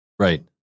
Right